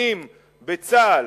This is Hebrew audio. קצינים בצה"ל,